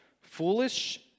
foolish